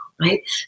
right